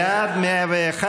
בעד 101,